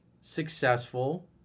successful